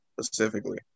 specifically